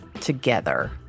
together